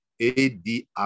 ADR